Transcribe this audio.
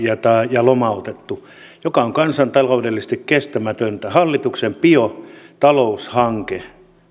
ja lomautettu mikä on kansantaloudellisesti kestämätöntä hallituksen biotaloushanke